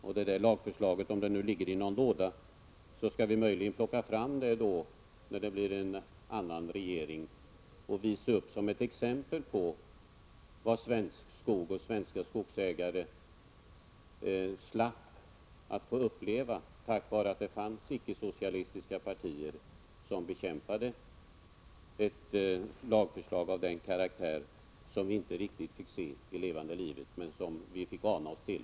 Om nu det här lagförslaget ligger i någon låda, skall vi möjligen plocka fram det när det blir en annan regering och visa det som ett exempel på vad svensk skog och svenska skogsägare slapp att uppleva, tack vare att det fanns icke-socialistiska partier som bekämpade ett lagförslag av den karaktären, ett förslag som vi inte riktigt fick se i levande livet utan fick ana oss till.